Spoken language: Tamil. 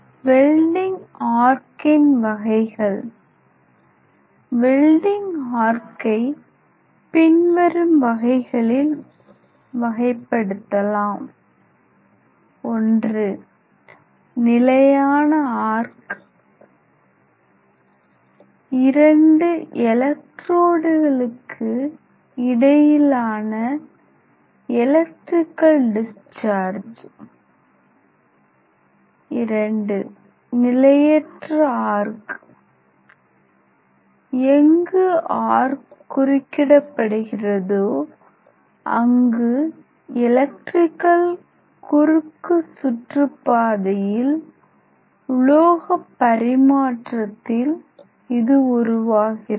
வெல்டிங் ஆர்க்கின் வகைகள் வெல்டிங் ஆர்க்கை பின்வரும் வகைகளில் வகைப்படுத்தலாம் i நிலையான ஆர்க் இரண்டு எலெக்ட்ரோடுகளுக்கு இடையிலான எலக்ட்ரிகல் டிஸ்சார்ஜ் ii நிலையற்ற ஆர்க் எங்கு ஆர்க் குறுக்கிடப்படுகிறதோ அங்கு எலக்ட்ரிகல் குறுக்கு சுற்று பாதையில் உலோக பரிமாற்றத்தில் இது உருவாகிறது